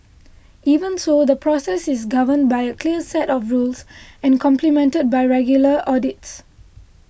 even so the process is governed by a clear set of rules and complemented by regular audits